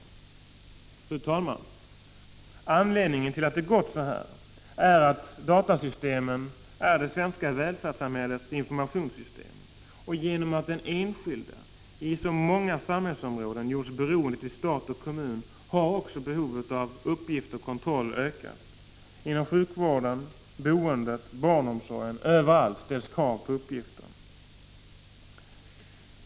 17 december 1985 Fru talman! Anledningen till att det gått så här är att datasystemen är det 6 CkäR zu Z å É .— Datapolitik svenska välfärdssamhällets informationssystem. Genom att den enskilde på så många samhällsområden gjorts beroende av stat och kommun har behovet av uppgifter och kontroll ökat. Inom sjukvården, boendet, barnomsorgen, ja, överallt ställs krav på uppgifter.